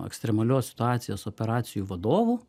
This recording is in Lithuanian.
ekstremalios situacijos operacijų vadovu